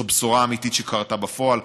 זו בשורה אמיתית שקרתה בפועל,